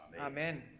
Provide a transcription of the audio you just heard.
Amen